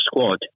squad